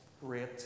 great